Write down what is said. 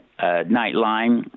Nightline